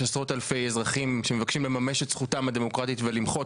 עשרות אלפי אזרחים שמבקשים לממש את זכותם הדמוקרטית ולמחות